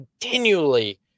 continually